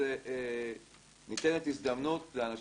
משהו פה בדנ"א של החברה הישראלית חושב שאנשים